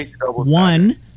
One